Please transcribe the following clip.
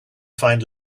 find